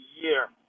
year